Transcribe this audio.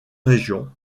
régions